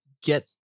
get